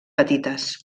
petites